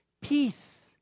peace